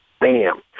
bam